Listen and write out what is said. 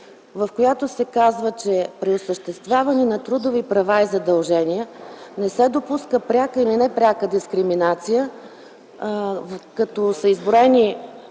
в която се казва, че при осъществяване на трудови права и задължения не се допуска пряка или непряка дискриминация, като са изброени